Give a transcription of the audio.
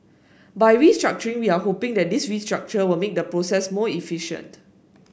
by restructuring we are hoping that this restructure will make the process more efficient